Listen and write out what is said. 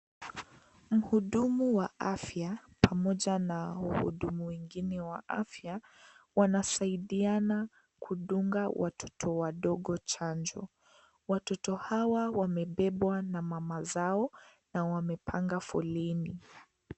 Mhudumu wa afya pamoja na wahudumu wengine wa afya wanasaidiana kudunga watoto wadogo chanjo. Watoto hawa wamebebwa na mama zao na wamepanga folini.